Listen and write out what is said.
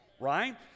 Right